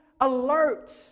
alert